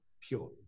pure